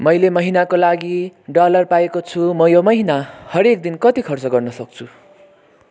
मैले महिनाको लागि डलर पाएको छु म यो महिना हरेक दिन कति खर्च गर्न सक्छु